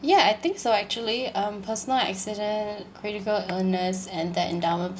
ya I think so actually um personal accident critical illness and that endowment